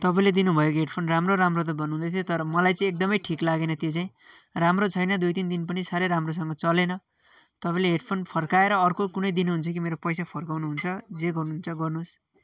तपाईँले दिनु भएको हेडफोन राम्रो राम्रो त भन्नु हुँदै थियो तर मलाई चाहिँ एकदमै ठिक लागेन त्यो चाहिँ राम्रो छैन दुई तिन दिन पनि साह्रै राम्रोसँग चलेन तपाईँले हेडफोन फर्काएर अर्को कुनै दिनुहुन्छ कि मेरो पैसा फर्काउनुहुन्छ जे गर्नुहुन्छ गर्नुहोस्